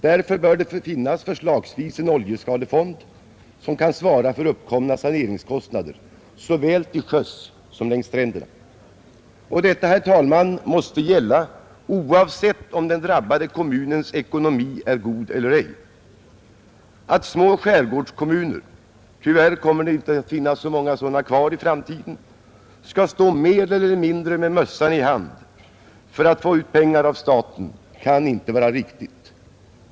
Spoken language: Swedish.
Därför bör det finnas förslagsvis en oljeskadefond som kan svara för uppkomna saneringskostnader såväl till sjöss som vid stränderna. Detta, herr talman, måste gälla oavsett om den drabbade kommunens ekonomi är god eller ej. Att små skärgårdskommuner — tyvärr kommer det inte att finnas så många sådana kvar i framtiden — skall stå mer eller mindre med mössan i hand för att få ut pengar av staten kan inte vara riktigt.